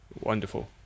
Wonderful